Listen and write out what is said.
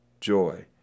joy